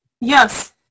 Yes